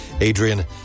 Adrian